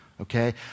Okay